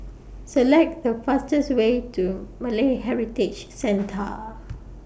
Select The fastest Way to Malay Heritage Centre